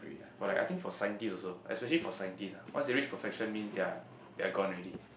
yea yea for like I think for scientist also especially for scientist ah once they reach perfection means they are they're gone already